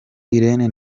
iryn